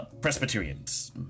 presbyterians